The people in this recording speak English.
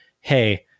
hey